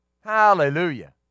Hallelujah